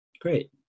Great